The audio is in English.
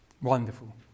Wonderful